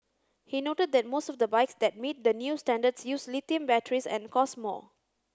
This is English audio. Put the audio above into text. he noted that most of the bikes that meet the new standards use lithium batteries and cost more